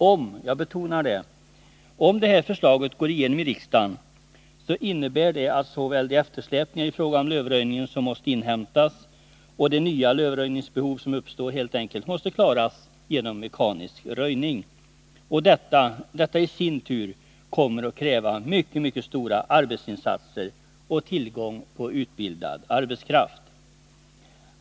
Omjag betonar det — detta förslag går igenom i riksdagen, innebär det att såväl de eftersläpningar i fråga om lövröjningen som måste inhämtas som de nya lövröjningsbehov som uppstår helt enkelt måste klaras genom mekanisk röjning. Detta kommer i sin tur att kräva mycket stora arbetsinsatser och tillgång på utbildad arbetskraft.